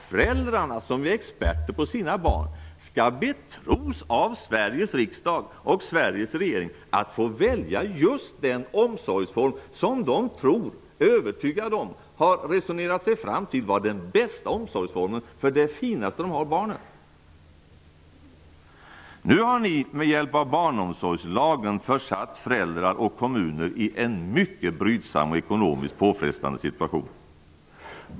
Föräldrarna, som är experter på sina barn, skall betros av Sveriges riksdag och regering att få välja just den omsorgsform som de tror, är övertygade om och har resonerat sig fram till är den bästa omsorgsformen för det finaste de har - barnen. Nu har ni, med hjälp av barnomsorgslagen, försatt föräldrar och kommuner i en mycket brydsam och ekonomiskt påfrestande situation.